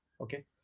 okay